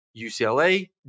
UCLA